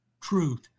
truth